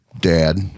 dad